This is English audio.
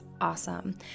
awesome